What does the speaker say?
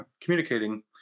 communicating